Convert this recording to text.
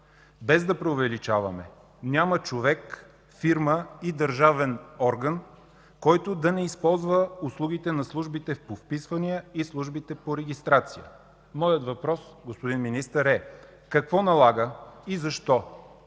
Без да преувеличаваме, няма човек, фирма и държавен орган, които да не използват услугите на службите по вписвания и службите по регистрация. Моят въпрос към Вас е: какво налага и защо